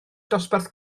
dosbarth